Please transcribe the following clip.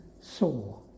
saw